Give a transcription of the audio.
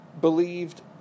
believed